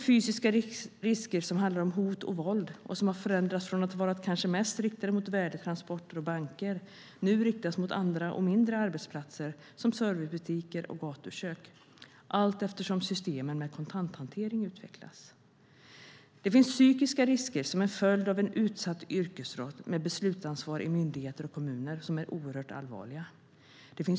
Fysiska risker som handlar om hot och våld har förändrats från att mest ha varit riktade mot värdetransporter och banker till att nu riktas mot andra och mindre arbetsplatser, som servicebutiker och gatukök, allteftersom systemen med kontanthantering utvecklas. Psykiska risker som en följd av en utsatt yrkesroll med beslutsansvar i myndigheter och kommuner är oerhört allvarliga.